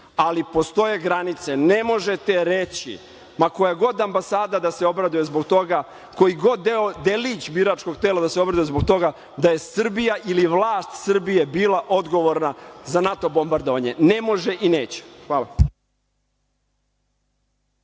ali postoje granice, ne možete reći, ma koja god ambasada da se obraduje zbog toga, koji god delić biračkog tela da se obraduje zbog toga, da je Srbija ili vlast Srbije bila odgovorna za NATO bombardovanje. Ne može i neće. Hvala.